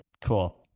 Cool